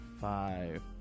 five